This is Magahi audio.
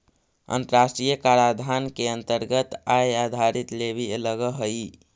अन्तराष्ट्रिय कराधान के अन्तरगत आय आधारित लेवी लगअ हई